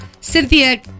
Cynthia